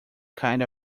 kind